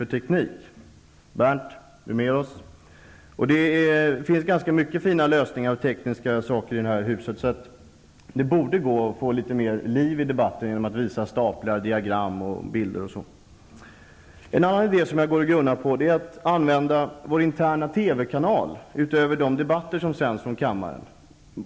Bernt, är du med oss? Det finns mycket fina lösningar och tekniska saker i huset. Det borde gå att få litet mer liv i debatten genom att visa staplar, diagram, bilder osv. En annan idé som jag grunnar på är att använda den interna TV-kanalen utöver debatterna i kammaren.